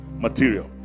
material